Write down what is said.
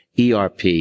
ERP